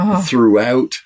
throughout